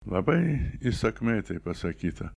labai įsakmiai tai pasakyta